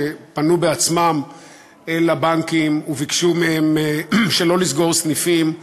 שפנו בעצמם אל הבנקים וביקשו מהם שלא לסגור סניפים,